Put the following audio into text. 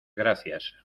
gracias